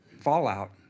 fallout